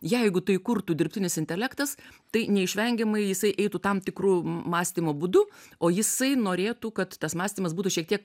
jeigu tai kurtų dirbtinis intelektas tai neišvengiamai jisai eitų tam tikru mąstymo būdu o jisai norėtų kad tas mąstymas būtų šiek tiek